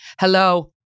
Hello